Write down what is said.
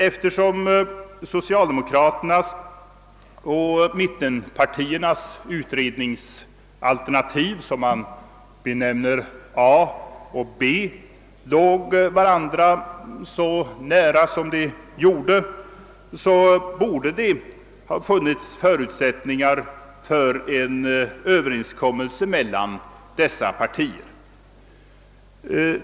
Eftersom socialdemokraternas och mittenpartiernas utredningsalternativ, som man benämner A respektive B, låg varandra så nära, borde det ha funnits förutsättningar för en överenskommelse mellan dessa partier.